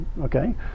Okay